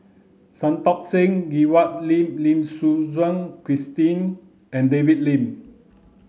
Santokh Singh Grewal Lim Lim Suchen Christine and David Lim